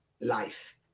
life